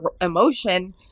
emotion